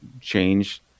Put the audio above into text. change